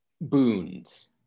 boons